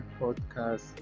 podcast